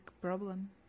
problem